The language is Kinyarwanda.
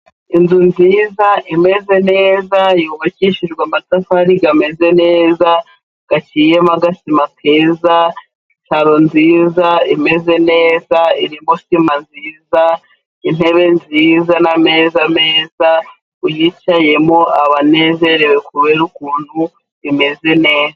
Inzu nziza imeze neza yubakishijwe amatafari ameze neza, bashyizemo agasima keza, saro nziza imeze neza, irimo sima nziza, intebe nziza, n'ameza meza, uyicayemo aba anezerewe kubara ukuntu bimeze neza.